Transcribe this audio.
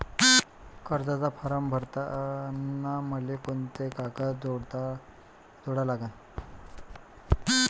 कर्जाचा फारम भरताना मले कोंते कागद जोडा लागन?